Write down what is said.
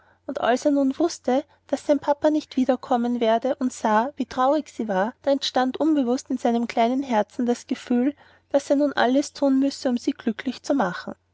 er nun wußte daß sein papa nicht wiederkommen werde und sah wie traurig sie war da entstand unbewußt in seinem kleinen herzen das gefühl daß er nun alles thun müsse um sie glücklich zu machen